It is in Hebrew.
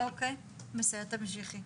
בסדר תמשיכי.